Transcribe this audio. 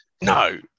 no